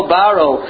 borrow